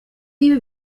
iyo